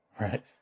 Right